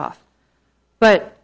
off but